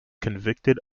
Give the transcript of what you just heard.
convicted